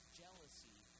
jealousy